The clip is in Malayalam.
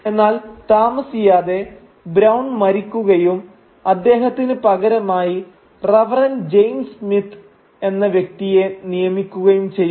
എന്നാൽ താമസിയാതെ ബ്രൌൺ മരിക്കുകയും അദ്ദേഹത്തിന് പകരമായി റവറന്റ് ജെയിംസ് സ്മിത്ത് എന്ന വ്യക്തിയെ നിയമിക്കുകയും ചെയ്യുന്നു